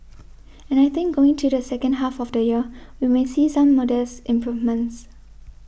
and I think going to the second half of the year we may see some modest improvements